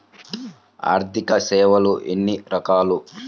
ఆర్థిక సేవలు ఎన్ని రకాలు?